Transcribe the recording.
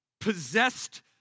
possessed